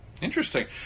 Interesting